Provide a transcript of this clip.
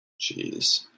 Jeez